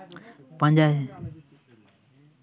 ᱯᱟᱸᱡᱟᱭ